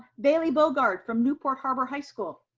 baylee bogard from newport harbor high school.